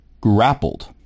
grappled